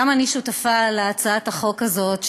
גם אני שותפה להצעת החוק הזאת,